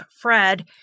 Fred